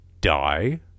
die